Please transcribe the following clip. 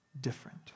different